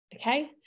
okay